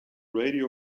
radio